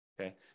Okay